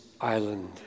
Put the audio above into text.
island